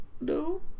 no